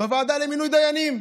בוועדה למינוי דיינים.